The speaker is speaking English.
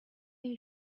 you